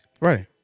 Right